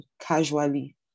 casually